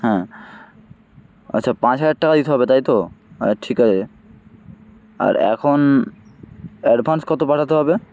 হ্যাঁ আচ্ছা পাঁচ হাজার টাকা দিতে হবে তাই তো ঠিক আছে আর এখন অ্যাডভান্স কত পাঠাতে হবে